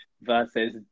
versus